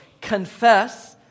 confess